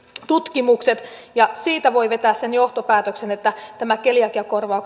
tutkimukset niistä voi vetää sen johtopäätöksen että tämä keliakiakorvauksen